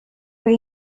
were